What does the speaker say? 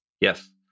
Yes